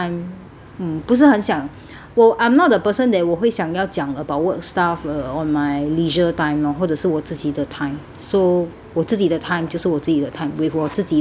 um 不是很想我 I'm not a person that 我会想要讲 about work stuff uh on my leisure time lor 或者是我自己的 time so 我自己的 time 就是我自己的 time with 我自己的 friend